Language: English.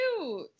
cute